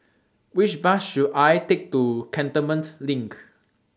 Which Bus should I Take to Cantonment LINK